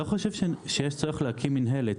אני לא חושב שיש צורך להקים מִנהלת.